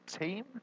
team